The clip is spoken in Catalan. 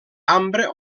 ambre